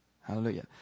Hallelujah